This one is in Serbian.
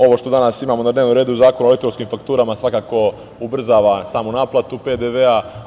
Ovo što danas imamo na dnevnom redu, Zakon o elektronskim fakturama, svakako ubrzava samu naplatu PDV-a.